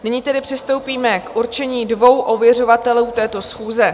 Nyní tedy přistoupíme k určení dvou ověřovatelů této schůze.